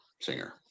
singer